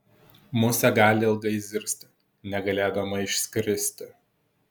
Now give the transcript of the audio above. musė gali ilgai zirzti negalėdama išskristi